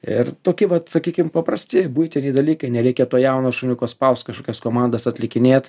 ir toki vat sakykim paprasti buitiniai dalykai nereikia to jauno šuniuko spaust kažkokias komandas atlikinėt